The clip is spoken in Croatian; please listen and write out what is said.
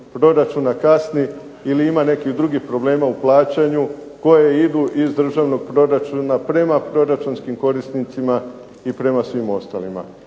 proračuna kasni ili ima nekih drugih problema u plaćanju koje idu iz državnog proračuna prema proračunskim korisnicima i prema svim ostalima?